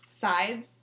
side